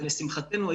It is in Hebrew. ולשמחתנו,